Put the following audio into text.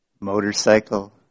motorcycle